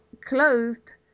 clothed